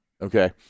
Okay